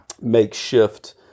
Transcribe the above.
makeshift